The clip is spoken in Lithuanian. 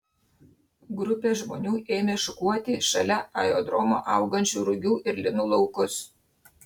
grupė žmonių ėmė šukuoti šalia aerodromo augančių rugių ir linų laukus